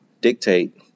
dictate